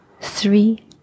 three